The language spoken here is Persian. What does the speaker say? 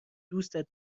دوستت